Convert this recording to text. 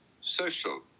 social